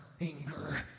anger